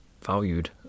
valued